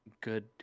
good